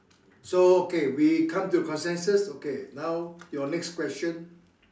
so okay we come to consensus okay now your next question